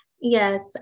Yes